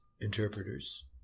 interpreters